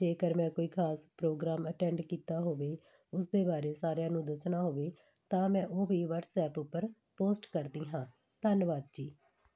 ਜੇਕਰ ਮੈਂ ਕੋਈ ਖ਼ਾਸ ਪ੍ਰੋਗਰਾਮ ਅਟੈਂਡ ਕੀਤਾ ਹੋਵੇ ਉਸ ਦੇ ਬਾਰੇ ਸਾਰਿਆਂ ਨੂੰ ਦੱਸਣਾ ਹੋਵੇ ਤਾਂ ਮੈਂ ਉਹ ਵੀ ਵਟਸਐਪ ਉੱਪਰ ਪੋਸਟ ਕਰਦੀ ਹਾਂ ਧੰਨਵਾਦ ਜੀ